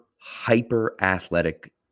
hyper-athletic